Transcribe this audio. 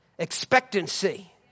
Expectancy